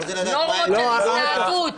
נורמות של התנהגות.